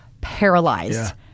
paralyzed